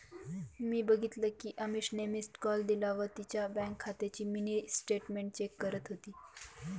मी बघितल कि अमीषाने मिस्ड कॉल दिला व ती तिच्या बँक खात्याची मिनी स्टेटमेंट चेक करत होती